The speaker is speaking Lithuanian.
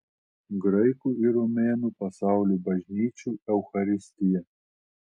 graikų ir romėnų pasaulio bažnyčių eucharistija